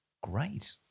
great